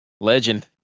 legend